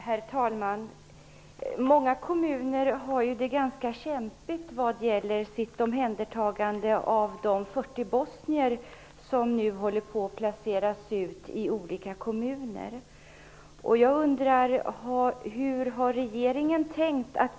Herr talman! Många kommuner har det ju ganska kämpigt med sitt omhändertagande av de 40 000 bosnier som nu håller på att placeras ut i olika kommuner.